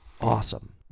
awesome